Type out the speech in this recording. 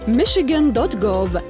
michigan.gov